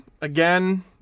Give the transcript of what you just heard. again